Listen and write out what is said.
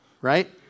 right